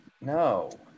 No